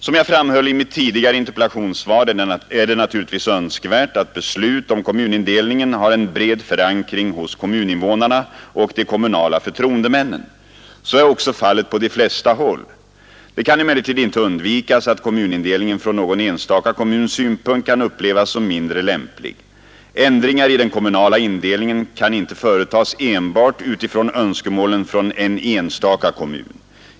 Som jag framhöll i mitt tidigare interpellationssvar är det naturligtvis önskvärt att beslut om kommunindelningen har en bred förankring hos kommuninvånarna och de kommunala förtroendemännen. Så är också fallet på de flesta håll. Det kan emellertid inte undvikas att kommunindelningen från någon enstaka kommuns synpunkt kan upplevas som mindre lämplig. Ändringar i den kommunala indelningen kan inte företas enbart utifrån önskemålen från en enstaka kommun.